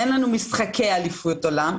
אין לנו משחקי אליפות עולם,